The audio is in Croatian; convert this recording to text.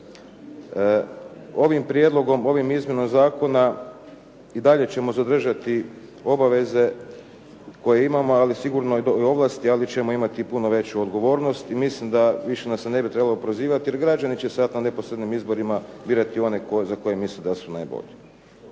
ovim prijedlogom, ovim izmjenama zakona i dalje ćemo zadržati obaveze koje imamo ali sigurno i ovlasti, ali ćemo imati puno veću odgovornost. I mislim da više nas se ne bi trebalo prozivati jer građani će sad na neposrednim izborima birate one za koje misle da su najbolji.